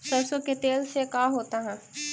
सरसों के तेल से का होता है?